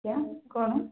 କ୍ୟା କ'ଣ